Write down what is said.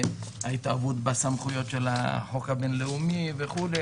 ההתערבות בסמכויות של החוק הבין-לאומי וכו'.